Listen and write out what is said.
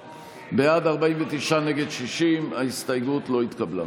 בעד, 49, נגד, 60. ההסתייגות לא התקבלה.